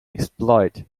exploit